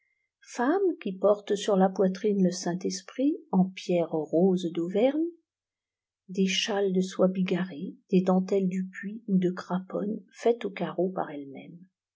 femmes qui portent sur la poitrine le saint-esprit en pierres roses d'auvergne des châles de soie bigarrés des dentelles du puy ou de craponne faites au carreau par elles-mêmes